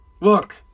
look